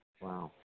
Wow